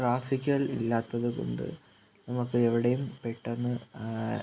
ട്രാഫിക്കുകൾ ഇല്ലാത്തതു കൊണ്ട് നമുക്ക് എവിടെയും പെട്ടെന്ന്